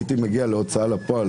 הייתי מגיע להוצאה לפועל,